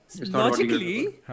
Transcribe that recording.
logically